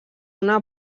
una